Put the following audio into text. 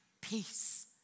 Peace